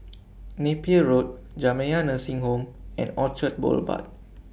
Napier Road Jamiyah Nursing Home and Orchard Boulevard